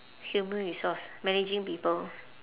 human resource managing people